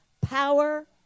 power